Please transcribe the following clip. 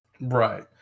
Right